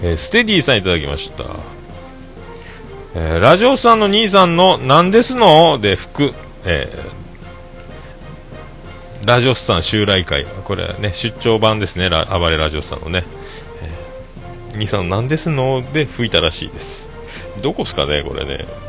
えー、ステディさんいただきました。えー、ラジオスさんの兄さんの「なんですの？」で吹く。えー、ラジオスさん襲来会。これね、出張版ですね。ラ- 暴れラジオスさんのね。えー、兄さんの「なんですの？」で吹いたらしいです。どこっすかね、これね。